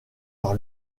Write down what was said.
par